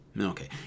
Okay